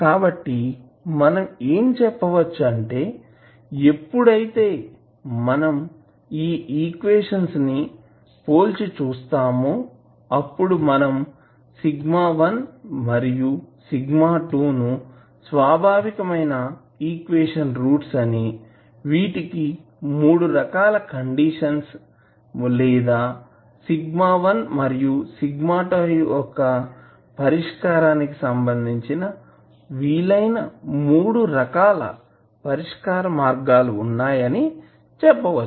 కాబట్టి మనం ఏమి చెప్పవచ్చు అంటే ఎప్పుడైతే మనం ఈ ఈక్వేషన్స్ అన్ని పోల్చి చూస్తామో అప్పుడు మనం σ1 మరియు σ2 ను స్వాభావికమైన ఈక్వేషన్ రూట్స్ అని వీటికి 3 రకాల కండిషన్స్ లేదా σ1 మరియు σ2 యొక్క పరిష్కారానికి సంబంధించి వీలైన 3 రకాల పరిష్కార మార్గాలు వున్నాయి అని చెప్పవచ్చు